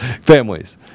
families